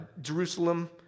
Jerusalem